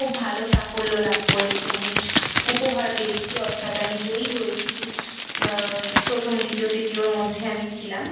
খুব ভালো সাফল্য লাব করেছি আমি উপহার পেয়েছি অর্থাৎ আমি জয়ী হয়েছি প্রথম দ্বিতীয় তৃতীয়র মধ্যে আমি ছিলাম